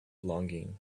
longing